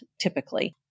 typically